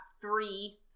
three